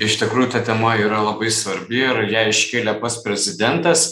iš tikrųjų ta tema yra labai svarbi ir ją iškėlė pats prezidentas